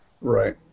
Right